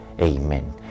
Amen